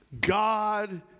God